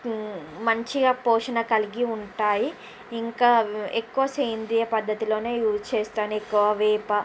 మంచిగా పోషణ కలిగి ఉంటాయి ఇంకా ఎక్కువ సేంద్రియ పద్దతిలోనే యూస్ చేస్తాను ఎక్కువ వేప